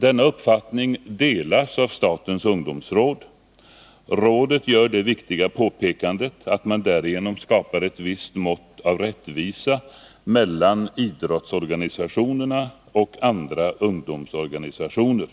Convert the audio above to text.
Denna uppfattning delas av statens ungdomsråd. Rådet gör det Nr 48 viktiga påpekandet att man därigenom skapar ett visst mått av rättvisa mellan Fredagen den idrottsorganisationerna och andra ungdomsorganisationer.